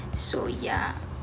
so ya